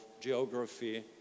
geography